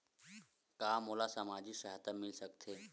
का मोला सामाजिक सहायता मिल सकथे?